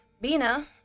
Bina